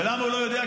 ולמה הוא לא יודע?